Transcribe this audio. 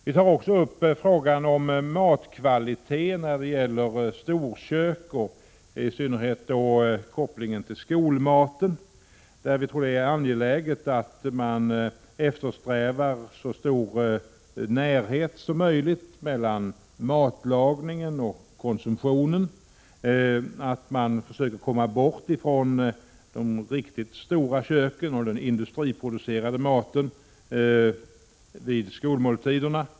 Vi tar också upp frågan om matkvaliteten när det gäller storkök och i synnerhet kopplingen till skolmaten. Vi tror att det är angeläget att eftersträva så stor närhet som möjligt mellan matlagningen och konsumtionen, att försöka komma bort från de riktigt stora köken och den industriproducerade maten vid skolmåltiderna.